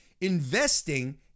investing